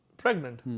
pregnant